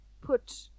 put